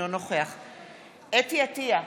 אינו נוכח חוה אתי עטייה,